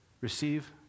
Receive